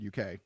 uk